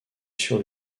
sur